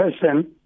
person